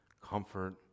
comfort